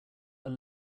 are